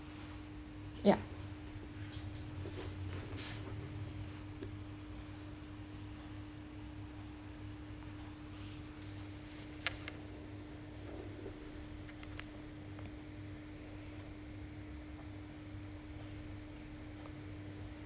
yeah